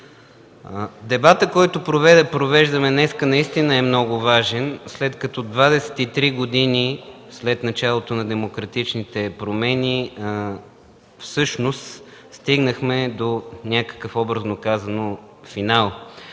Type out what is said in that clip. Дебатът, който провеждаме днес, наистина е много важен, след като 23 години след началото на демократичните промени всъщност стигнахме до някакъв, образно казано, финал